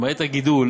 למעט הגידול